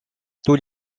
tous